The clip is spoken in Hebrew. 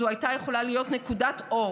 זו הייתה יכולה להיות נקודת אור